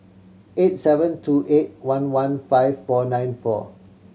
eight seven two eight one one five four nine four